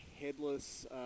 headless